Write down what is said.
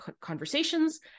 conversations